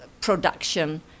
production